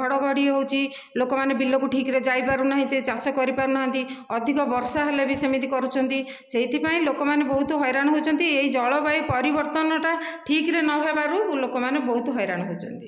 ଘଡ଼ଘଡ଼ି ହେଉଛି ଲୋକମାନେ ବିଲକୁ ଠିକ୍ ରେ ଯାଇପାରୁନାହାନ୍ତି ଚାଷ କରିପାରୁନାହାନ୍ତି ଅଧିକ ବର୍ଷା ହେଲେବି ସେମିତି କରୁଚନ୍ତି ସେଇଥିପାଇଁ ଲୋକମାନେ ବହୁତ ହଇରାଣ ହେଉଛନ୍ତି ଏଇ ଜଳବାୟୁ ପରିବର୍ତ୍ତନଟା ଠିକ୍ ରେ ନ ହେବାରୁ ଲୋକମାନେ ବହୁତ ହଇରାଣ ହେଉଛନ୍ତି